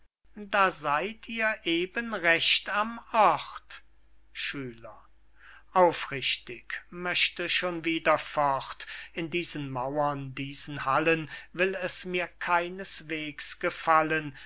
da seyd ihr eben recht am ort schüler aufrichtig möchte schon wieder fort in diesen mauern diesen hallen will es mir keineswegs gefallen